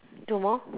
two more